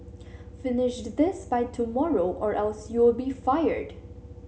finish this by tomorrow or else you'll be fired